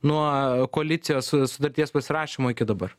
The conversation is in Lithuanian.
nuo koalicijos sutarties pasirašymo iki dabar